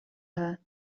her